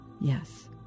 Yes